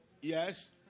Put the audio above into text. yes